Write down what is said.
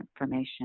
information